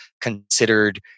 considered